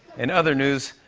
in other news,